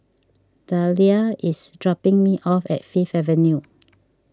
Deliah is dropping me off at Fifth Avenue